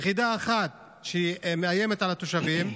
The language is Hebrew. יחידה אחת שמאיימת על התושבים,